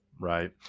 Right